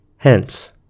Hence